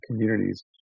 communities